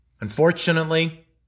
Unfortunately